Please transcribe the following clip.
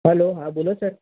hello હા બોલો sir